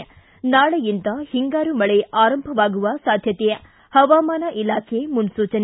ಿ ನಾಳೆಯಿಂದ ಹಿಂಗಾರು ಮಳೆ ಆರಂಭವಾಗುವ ಸಾಧ್ಯತೆ ಹವಾಮಾನ ಇಲಾಖೆ ಮುನ್ನೂಚನೆ